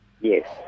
Yes